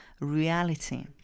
reality